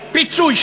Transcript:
פיצוי.